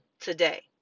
today